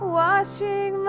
washing